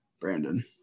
Brandon